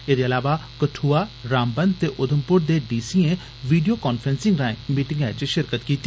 एदे इलावा कठ्आ रामबन ते उधमप्र दे डी सीएं वीडियो कांफ्रेंसिंग राएं मीटिंग च शिरकती कीती